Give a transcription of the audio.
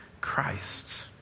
Christ